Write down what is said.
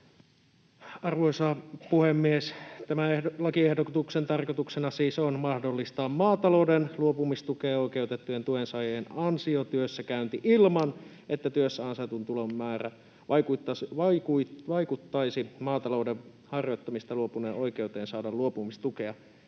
Arvoisa puhemies! Tämän lakiehdotuksen tarkoituksena on siis mahdollistaa maatalouden luopumistukeen oikeutettujen tuensaajien ansiotyössä käynti ilman, että työssä ansaitun tulon määrä vaikuttaisi maatalouden harjoittamisesta luopuneen oikeuteen saada luopumistukea